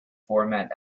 format